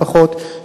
לפחות,